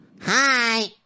Hi